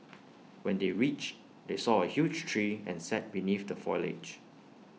when they reached they saw A huge tree and sat beneath the foliage